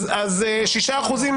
אז שישה אחוזים